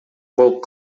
болуп